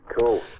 cool